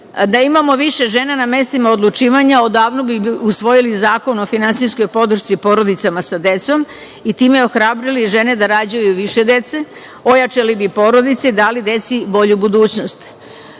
imamo više žena na mestima odlučivanja, odavno bi usvojili zakon o finansijskoj podršci porodicama sa decom, i time ohrabrili žene da rađaju više dece, ojačali bi porodice i dali deci bolju budućnost. Sa